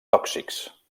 tòxics